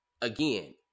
again